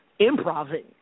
Improving